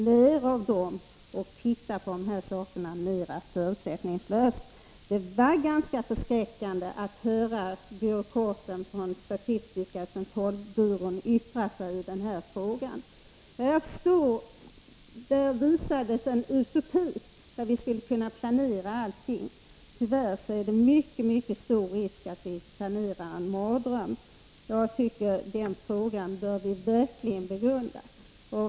Lär av dem och titta på de nu diskuterade problemen mera förutsättningslöst! Det var ganska förskräckande att höra byråkraten från statistiska centralbyrån yttra sig om samhällsplanering och Fobalt. Han gav uttryck för en utopi, där allting skulle kunna planeras. Tyvärr är det mycket, mycket stor risk att vi planerar en mardröm. Jag tycker att vi verkligen bör begrunda det perspektivet.